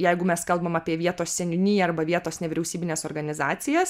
jeigu mes kalbam apie vietos seniūniją arba vietos nevyriausybines organizacijas